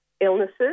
illnesses